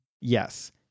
Yes